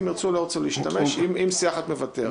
אם ירצו, ירצו להשתמש, אם סיעה אחת מוותרת.